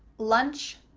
lunch,